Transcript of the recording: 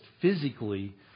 physically